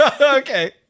Okay